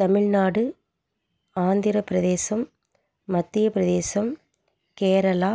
Tamil Nadu Andhra Pradesh Madhya Pradesh Kerala